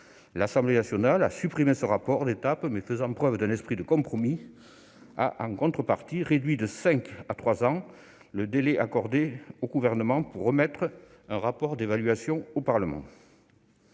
L'Assemblée nationale a supprimé ce rapport d'étape, mais, faisant preuve d'un esprit de compromis, a en contrepartie réduit de cinq ans à trois ans le délai accordé au Gouvernement pour remettre un rapport d'évaluation au Parlement.